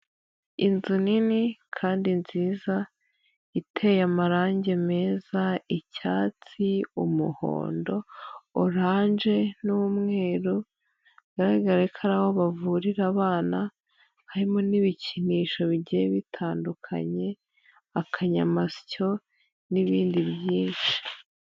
Inzu nini kandi nziza, iteye amarangi meza, icyatsi, umuhondo, oranje, n'umweru. Bigaragarare ko ari aho bavurira abana, harimo n'ibikinisho bigiye bitandukanye, akanyamasyo, n'ibindi byinshi.